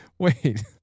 Wait